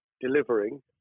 delivering